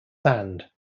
sand